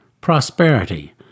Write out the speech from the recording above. prosperity